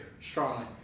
Strongly